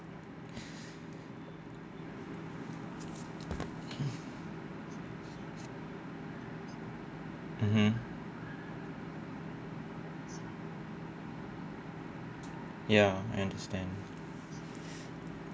mmhmm ya I understand